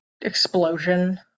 explosion